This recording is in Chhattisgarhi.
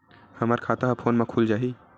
हमर खाता ह फोन मा खुल जाही?